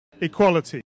equality